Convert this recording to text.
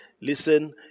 Listen